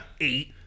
eight